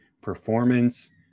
performance